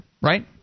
right